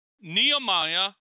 Nehemiah